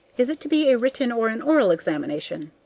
is it to be a written or an oral examination?